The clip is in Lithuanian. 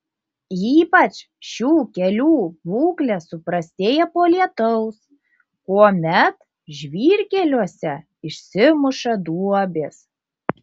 ypač šių kelių būklė suprastėja po lietaus kuomet žvyrkeliuose išsimuša duobės